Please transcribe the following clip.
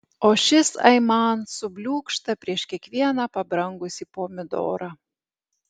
o šis aiman subliūkšta prieš kiekvieną pabrangusį pomidorą